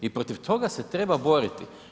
I protiv toga se treba boriti.